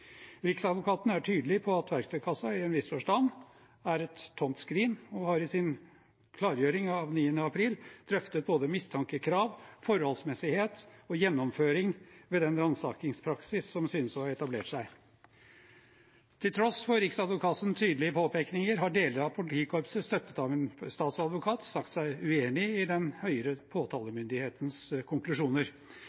Riksadvokaten er tydelig på at verktøykassen i en viss forstand er et tomt skrin og har i sin klargjøring av 9. april drøftet både mistankekrav, forholdsmessighet og gjennomføring ved den ransakingspraksis som synes å ha etablert seg. Til tross for Riksadvokatens tydelige påpekninger har deler av politikorpset, støttet av en statsadvokat, sagt seg uenig i den høyere